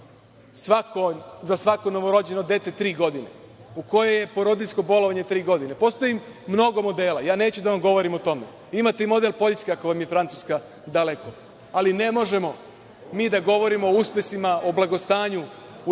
za svako novorođeno dete tri godine, u kojoj je porodiljsko bolovanje tri godine. Postoji mnogo modela, ja neću da vam govorim o tome. Imate i model Poljske, ako vam je Francuska daleko. Ali, ne možemo mi da govorimo o uspesima, o blagostanju u